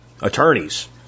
attorneys